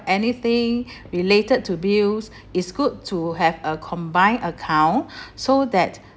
anything related to bills is good to have a combined account so that